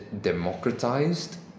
democratized